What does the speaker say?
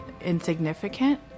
insignificant